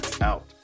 out